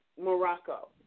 Morocco